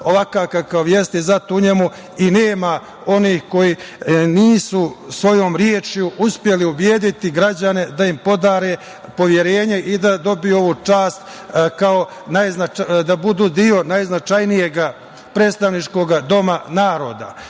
ovakav kakav jeste i zato u njemu nema onih koji nisu svojom rečju uspeli ubediti građane da im podare poverenje i da dobiju ovu čast da budu deo najznačajnijeg predstavničkog doma naroda. Zato